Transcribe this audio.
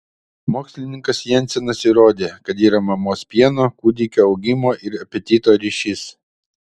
mokslininkas jensenas įrodė kad yra mamos pieno kūdikio augimo ir apetito ryšys